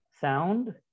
Sound